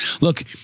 Look